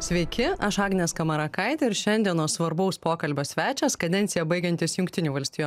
sveiki aš agnė skamarakaitė ir šiandienos svarbaus pokalbio svečias kadenciją baigiantis jungtinių valstijų